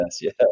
yes